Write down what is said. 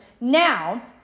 Now